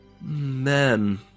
Man